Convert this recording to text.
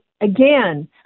again